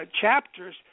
chapters